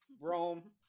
Rome